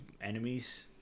enemies